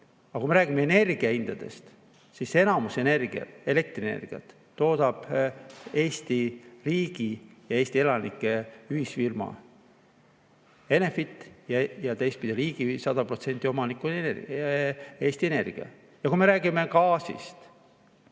Aga kui me räägime energiahindadest, siis enamuse elektrienergiat toodab Eesti riigi ja Eesti elanike ühisfirma Enefit ja teistpidi, riigi [osast] 100% omanik on Eesti Energia. Ja kui me räägime gaasist,